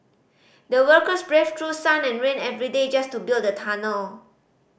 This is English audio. the workers braved through sun and rain every day just to build the tunnel